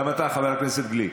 גם אתה, חבר הכנסת גליק.